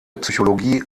psychologie